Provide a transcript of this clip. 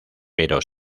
pero